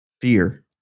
fear